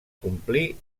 complir